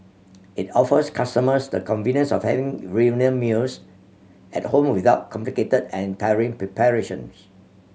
it offers customers the convenience of having reunion meals at home without complicated and tiring preparations